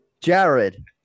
Jared